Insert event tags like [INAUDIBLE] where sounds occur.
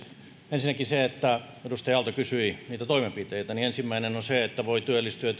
ensinnäkin kun edustaja aalto kysyi niitä toimenpiteitä jotta voi työllistyä ja [UNINTELLIGIBLE]